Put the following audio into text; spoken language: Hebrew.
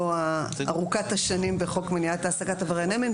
לא ארוכת השנים בחוק מניעת העסקת עברייני מין,